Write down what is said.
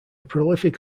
prolific